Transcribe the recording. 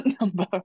number